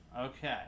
Okay